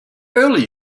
early